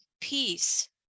peace